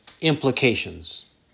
implications